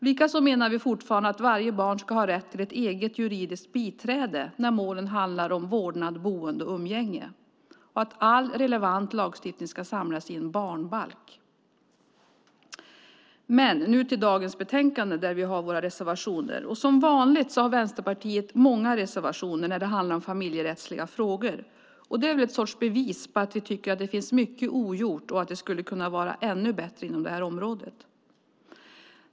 Likaså menar vi fortfarande att varje barn ska ha rätt till ett eget juridiskt biträde när målen handlar om vårdnad, boende och umgänge och att all relevant lagstiftning ska samlas i en barnbalk. Men nu ska jag gå över till dagens betänkande där vi har våra reservationer. Som vanligt har Vänsterpartiet många reservationer när det handlar om familjerättsliga frågor. Det är väl en sorts bevis på att vi tycker att det finns mycket ogjort och att det skulle kunna vara ännu bättre på det här området.